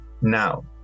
Now